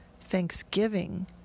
thanksgiving